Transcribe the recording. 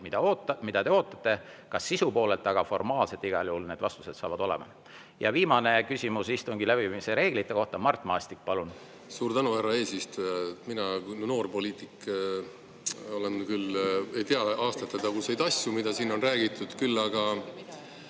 mida te ootate – kas ka sisu poolelt, aga formaalselt igal juhul need vastused saavad olema. Ja viimane küsimus istungi läbiviimise reeglite kohta. Mart Maastik, palun! Suur tänu, härra eesistuja! Mina kui noorpoliitik küll ei tea aastatetaguseid asju, millest siin on räägitud, küll aga